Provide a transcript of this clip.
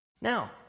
Now